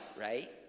Right